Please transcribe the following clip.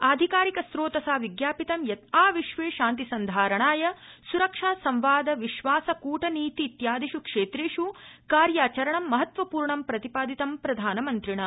आधिकारिकस्रोतसा विज्ञापितं यत् आविश्वे शान्तिसंधारणाय स्रक्षा संवाद विश्वास कूटनीतीत्यादिष् क्षेत्रेष् कार्याचरणं महत्वपूर्ण प्रतिपादितं प्रधानमन्त्रिणा